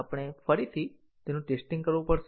આપણે ફરીથી તેનું ટેસ્ટીંગ કરવું પડશે